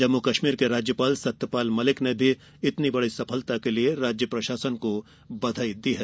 जम्मू कश्मीर के राज्यपाल सत्यपाल मलिक ने भी इतनी बड़ी सफलता के लिए राज्य प्रशासन को बधाई दी है